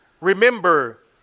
remember